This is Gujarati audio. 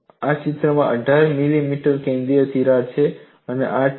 આ ચિત્રમાં 18 મિલીમીટરની કેન્દ્રીય તિરાડ છે અને 8